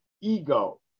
ego